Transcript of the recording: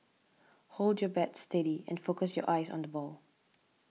hold your bat steady and focus your eyes on the ball